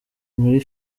muri